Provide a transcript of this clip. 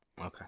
Okay